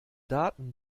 daten